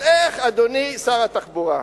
אז איך, אדוני שר התחבורה,